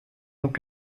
donc